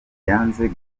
yanze